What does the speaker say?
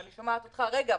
ואני שומעת אותך אומר: רגע,